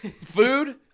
Food